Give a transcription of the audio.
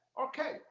Okay